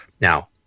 now